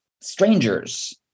strangers